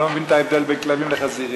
אני לא מבין את ההבדל בין כלבים לחזירים.